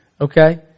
Okay